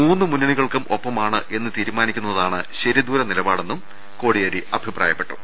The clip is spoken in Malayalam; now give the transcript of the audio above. മൂന്ന് മുന്നണികൾക്കും ഒപ്പമാണ് എന്ന് തീരുമാനിക്കുന്നതാണ് ശരിദൂര നിലപാടെന്ന് കോടിയേരി അഭിപ്രായ പ്പെട്ടു